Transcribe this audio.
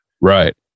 right